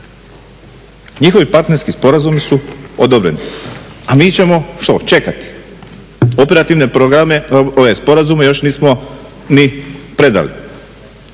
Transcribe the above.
Njihovi partnerski sporazumi su odobreni, a mi ćemo što, čekati. Operativne sporazume još nismo ni predali.